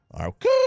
Okay